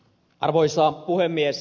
arvoisa puhemies